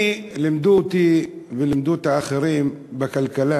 אני, לימדו אותי ולימדו את האחרים בכלכלה